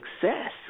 success